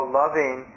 loving